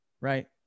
right